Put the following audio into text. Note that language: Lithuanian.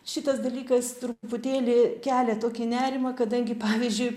šitas dalykas truputėlį kelia tokį nerimą kadangi pavyzdžiui